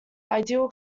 ideal